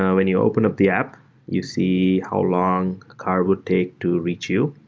when you open up the app you see how long a car would take to reach you.